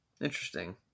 Interesting